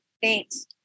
thanks